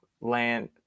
land